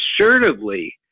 assertively